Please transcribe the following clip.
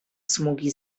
smugi